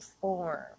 form